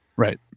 Right